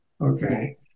okay